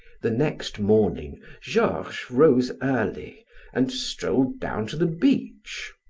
the next morning georges rose early and strolled down to the beach.